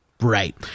Right